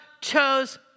chose